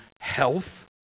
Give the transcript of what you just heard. health